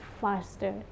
faster